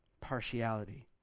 partiality